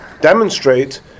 demonstrate